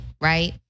right